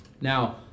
Now